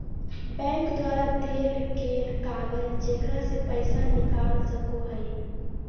bank द्वारा देल गेल कागज जेकरा से पैसा निकाल सको हइ